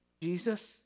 Jesus